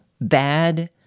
bad